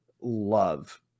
love